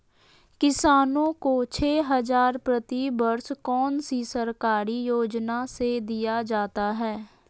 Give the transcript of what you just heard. किसानों को छे हज़ार प्रति वर्ष कौन सी सरकारी योजना से दिया जाता है?